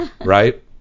right